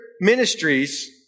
ministries